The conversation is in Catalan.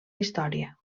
història